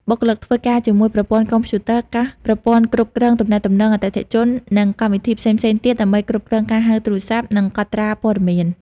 បុគ្គលិកធ្វើការជាមួយប្រព័ន្ធកុំព្យូទ័រ កាស ប្រព័ន្ធគ្រប់គ្រងទំនាក់ទំនងអតិថិជន និងកម្មវិធីផ្សេងៗទៀតដើម្បីគ្រប់គ្រងការហៅទូរស័ព្ទ និងកត់ត្រាព័ត៌មាន។